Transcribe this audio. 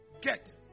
Get